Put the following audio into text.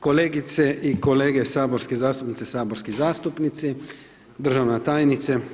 Kolegice i kolege, saborski zastupnice, saborski zastupnici, državna tajnice.